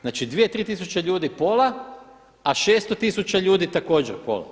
Znači 2, 3000 ljudi pola, a 600 tisuća ljudi također pola.